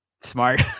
smart